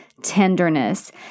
Tenderness